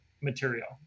material